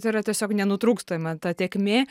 tai yra tiesiog nenutrūkstama ta tėkmė